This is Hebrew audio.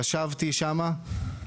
ישבתי שם,